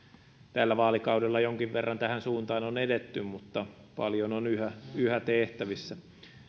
tällä vaalikaudella jonkin verran tähän suuntaan on edetty mutta paljon on yhä yhä tehtävissä